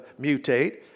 mutate